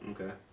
Okay